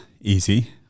easy